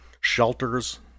shelters